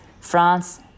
France